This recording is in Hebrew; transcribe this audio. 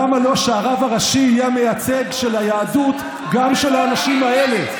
למה שהרב הראשי לא יהיה גם המייצג של היהדות של האנשים האלה?